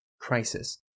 crisis